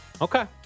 Okay